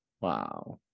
Wow